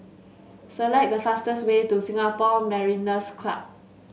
select the fastest way to Singapore Mariners' Club